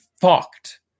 fucked